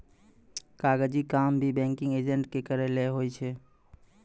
कागजी काम भी बैंकिंग एजेंट के करय लै होय छै